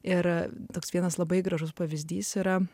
yra toks vienas labai gražus pavyzdys yra